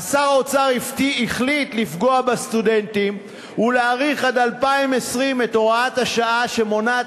אז שר האוצר החליט לפגוע בסטודנטים ולהאריך עד 2020 את הוראת השעה שמונעת